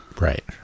Right